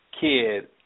kid